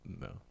No